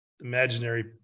imaginary